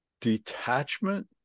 detachment